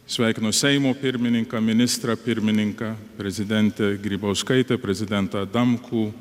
sveikinu seimo pirmininką ministrą pirmininką prezidentę grybauskaitę prezidentą adamkų